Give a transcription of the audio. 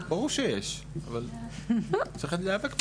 ברור שיש, אבל צריך להיאבק בזה.